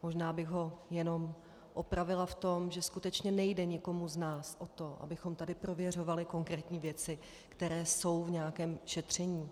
Možná bych ho jenom opravila v tom, že skutečně nejde nikomu z nás o to, abychom tady prověřovali konkrétní věci, které jsou v nějakém šetření.